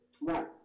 right